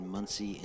Muncie